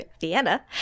Vienna